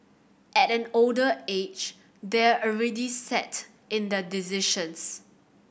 at an older age they're already set in their decisions